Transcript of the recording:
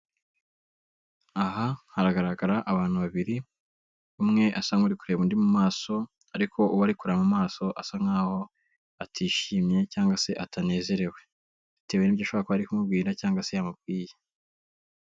Aha haragaragara abantu babiri, umwe asa nk'urikureba undi mu maso ariko uwo arikureba mu maso asa nkaho atishimye cyanga se atanezerewe. Bitewe n'ibyo ashobora kuba ari kumubwira cyanga se yamubwiye.